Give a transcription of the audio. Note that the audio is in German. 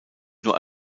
nur